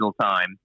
time